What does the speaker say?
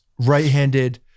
right-handed